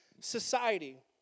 Society